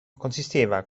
consisteva